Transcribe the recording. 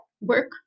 work